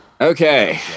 Okay